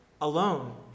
alone